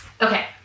okay